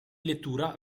lettura